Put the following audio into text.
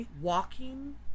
walking